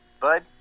Bud